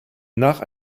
nach